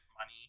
money